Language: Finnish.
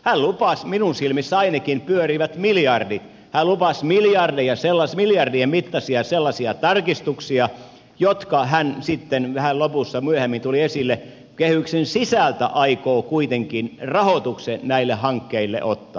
hän lupasi minun silmissäni ainakin pyörivät miljardit hän lupasi miljardien mittaisia sellaisia tarkistuksia joihin hän sitten lopussa vähän myöhemmin tuli esille kehyksen sisältä aikoo kuitenkin rahoituksen näille hankkeille ottaa